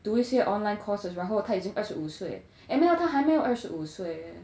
读一些 online courses 然后他已经二十五岁 eh 没有他还没有二十五岁